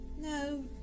No